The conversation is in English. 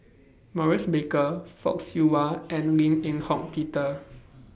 Maurice Baker Fock Siew Wah and Lim Eng Home Peter